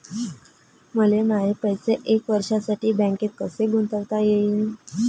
मले माये पैसे एक वर्षासाठी बँकेत कसे गुंतवता येईन?